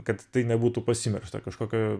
kad tai nebūtų pasimiršta kažkokio